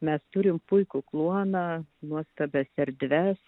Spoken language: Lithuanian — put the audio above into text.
mes turim puikų kluoną nuostabias erdves